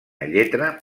lletra